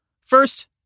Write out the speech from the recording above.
First